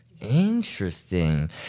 Interesting